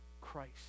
christ